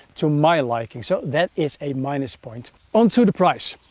to my liking, so that is a minus point. onto the price.